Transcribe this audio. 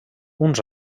uns